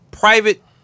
private